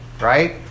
right